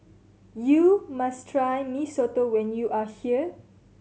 you must try Mee Soto when you are here